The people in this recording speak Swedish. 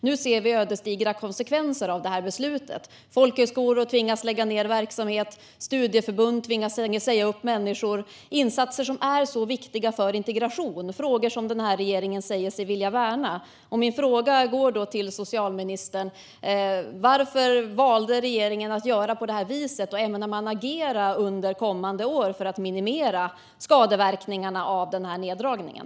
Nu ser vi ödesdigra konsekvenser av det här beslutet. Folkhögskolor tvingas lägga ned verksamhet. Studieförbund tvingas säga upp människor. Det handlar om insatser som är så viktiga för integrationen - frågor som den här regeringen säger sig vilja värna. Min fråga går till socialministern: Varför valde regeringen att göra på det här viset, och ämnar man under kommande år agera för att minimera skadeverkningarna av den här neddragningen?